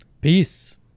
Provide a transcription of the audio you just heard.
Peace